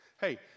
Hey